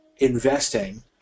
investing